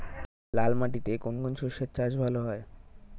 লাল মাটিতে কোন কোন শস্যের চাষ ভালো হয়?